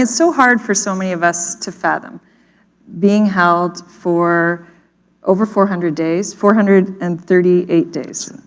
and so hard for so many of us to fathom being held for over four hundred days, four hundred and thirty eight days,